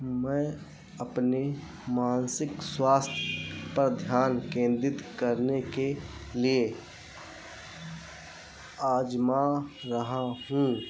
मैं अपने मानसिक स्वास्थ्य पर ध्यान केंद्रित करने के लिए आज़मा रहा हूँ